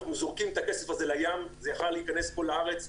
שזה כמו לזרוק את הכסף הזה לים במקום שייכנס לפה לארץ.